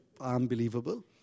unbelievable